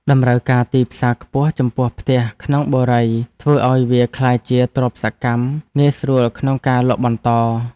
តម្រូវការទីផ្សារខ្ពស់ចំពោះផ្ទះក្នុងបុរីធ្វើឱ្យវាក្លាយជាទ្រព្យសកម្មងាយស្រួលក្នុងការលក់បន្ត។